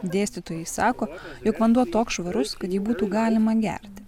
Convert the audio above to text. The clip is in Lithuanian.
dėstytojai sako jog vanduo toks švarus kad jį būtų galima gerti